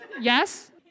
yes